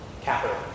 capital